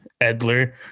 Edler